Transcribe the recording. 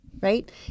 right